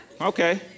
Okay